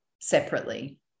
separately